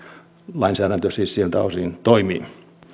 lainsäädäntö siis siltä osin toimii